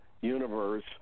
universe